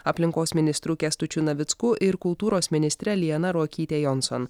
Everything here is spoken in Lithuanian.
aplinkos ministru kęstučiu navicku ir kultūros ministre liana ruokyte jonsons